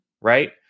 Right